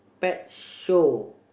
pet show